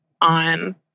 on